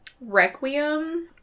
Requiem